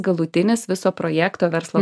galutinis viso projekto verslo